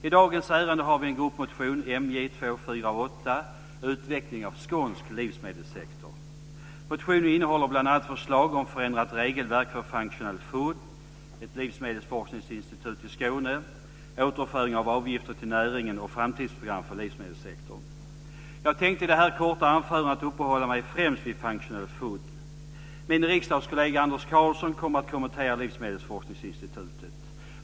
I dagens ärende behandlas en gruppmotion från oss, MJ248, Utveckling av skånsk livsmedelssektor. Jag tänkte i det här korta anförandet uppehålla mig främst vid functional food. Min riksdagskollega Anders Karlsson kommer att kommentera livsmedelsforskningsinstitutet.